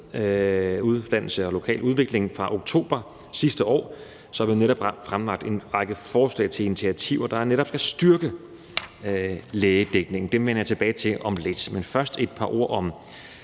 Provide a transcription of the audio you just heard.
uddannelse og lokal udvikling« fra oktober sidste år, er der jo dér netop fremlagt en række forslag til initiativer, der skal styrke lægedækningen. Dem vender jeg tilbage til om lidt. Men først vil jeg